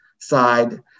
side